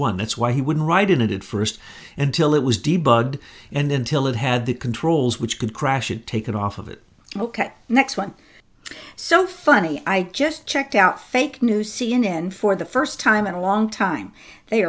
one that's why he wouldn't ride in it at first until it was debugged and until it had the controls which could crash had taken off of it ok next one so funny i just checked out fake new c n n for the first time in a long time they